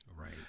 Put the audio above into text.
Right